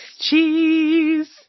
Cheese